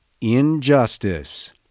injustice